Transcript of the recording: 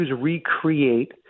recreate